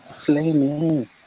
Flaming